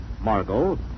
Margot